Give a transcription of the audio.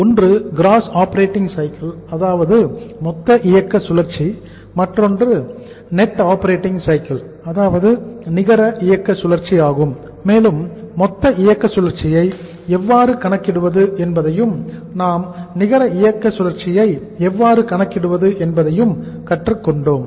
ஒன்று gross operating cycle அதாவது நிகர இயக்க சுழற்சி ஆகும் மேலும் மொத்த இயக்க சுழற்சியை எவ்வாறு கணக்கிடுவது என்பதையும் மற்றும் நிகர இயக்க சுழற்சியை எவ்வாறு கணக்கிடுவது என்பதையும் கற்றுக் கொண்டோம்